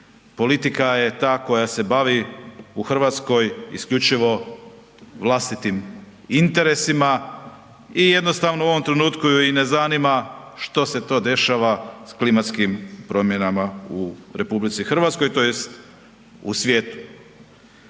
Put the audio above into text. politika je ta koja se bavi u RH isključivo vlastitim interesima i jednostavno u ovom trenutku ju i ne zanima što se to dešava s klimatskim promjenama u RH tj. u svijetu.